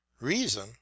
reason